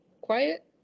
quiet